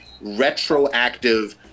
retroactive